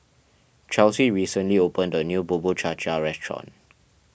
Chelsey recently opened a new Bubur Cha Cha Restaurant